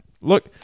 look